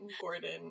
Gordon